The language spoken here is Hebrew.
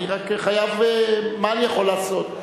רק מה אני יכול לעשות?